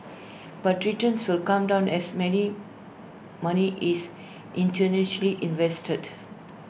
but returns will come down as many money is invested